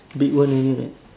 big one only right